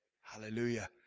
Hallelujah